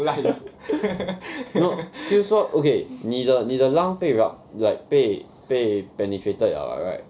no 就是说 okay 你的你的 lung 被 rup~ like 被被 penetrated liao [what] right